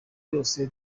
byose